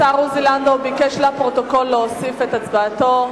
השר עוזי לנדאו ביקש לפרוטוקול להוסיף את הצבעתו,